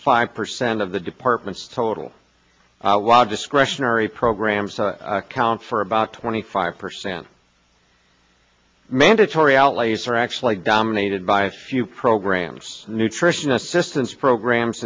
five percent of the departments total discretionary programs account for about twenty five percent mandatory outlays are actually dominated by a few programs nutrition assistance programs